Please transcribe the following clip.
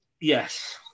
Yes